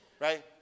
Right